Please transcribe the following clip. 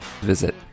visit